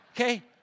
okay